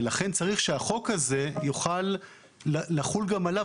ולכן צריך שהחוק הזה יוכל לחול גם עליו,